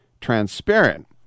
transparent